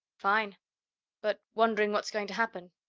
fine but wondering what's going to happen.